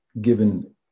given